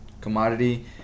commodity